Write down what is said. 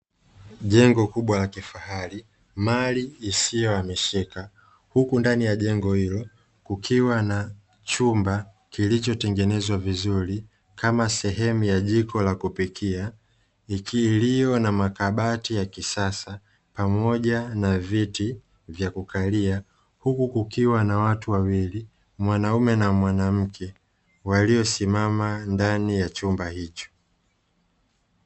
Jengo kubwa la kifahari, mali isiyohamishika. Huku ndani ya jengo hilo kukiwa na chumba kilichotengenezwa vizuri kama sehemu ya jiko la kupikia, iliyo na makabati ya kisasa pamoja na viti vya kukalia. Huku kukiwa na watu wawili, mwanaume na mwanamke waliosimama ndani ya chumba hicho.